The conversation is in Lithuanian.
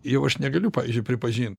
jau aš negaliu pavyzdžiui pripažin